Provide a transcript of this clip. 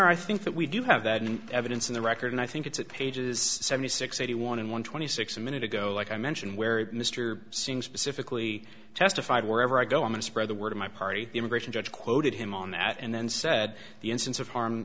honor i think that we do have that in evidence in the record and i think it's pages seventy six eighty one and one twenty six a minute ago like i mentioned where mr singh specifically testified wherever i go and spread the word of my party the immigration judge quoted him on that and then said the instance of harm